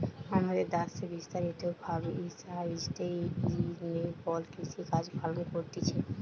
আমাদের দ্যাশে বিস্তারিত ভাবে সাস্টেইনেবল কৃষিকাজ পালন করতিছে